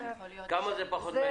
כמה זה פחות מעשר?